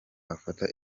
afata